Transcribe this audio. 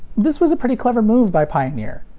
this was a pretty clever move by pioneer.